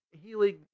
Healing